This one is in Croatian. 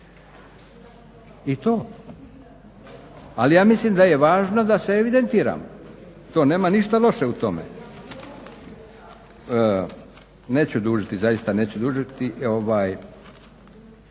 se. Ali ja mislim da je važno da se evidentiramo. To nema ništa loše u tome. Neću dužiti, zaista neću dužiti.